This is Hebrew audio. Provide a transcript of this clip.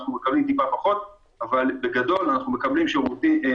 אז אנחנו מקבלים טיפה פחות.